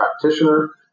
practitioner